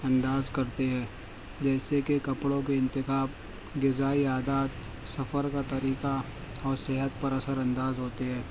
اندازکرتی ہے جیسے کہ کپڑوں کے انتخاب غذائی اعداد سفر کا طریقہ اور صحت پر اثر انداز ہوتے ہے